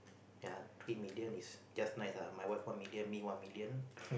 ya three million is just nice ah my wife one million me one million